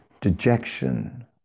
dejection